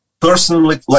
Personally